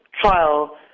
trial